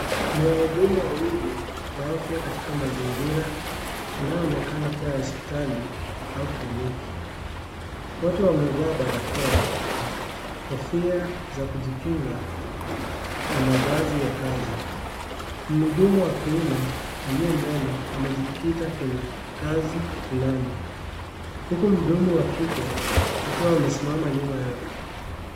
Ni wahudumu wawili, wa afya katika mazingira yanayoonekana kuwa ya hospitali au kliniki. Wote wamevaa barakoa, kofia za kujikinga na mavazi ya kazi. Mhudumu wa kiume, aliye mbele, amejikita kwenye kazi fulani, huku mdomo wa kike, akiwa amesimama nyuma yake.